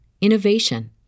innovation